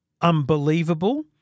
unbelievable